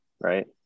right